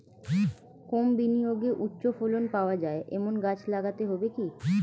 কম বিনিয়োগে উচ্চ ফলন পাওয়া যায় এমন গাছ লাগাতে হবে কি?